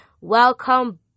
Welcome